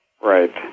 Right